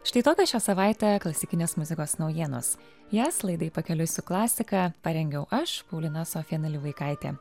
štai tokios šią savaitę klasikinės muzikos naujienos jas laidai pakeliui su klasika parengiau aš paulina sofija nalivaikaitė